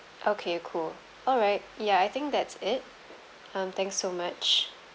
okay cool all right ya I think that's it um thanks so much